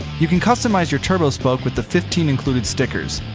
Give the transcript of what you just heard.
you can customize your turbospoke with the fifteen included stickers.